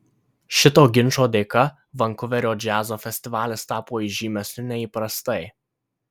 šito ginčo dėka vankuverio džiazo festivalis tapo įžymesniu nei įprastai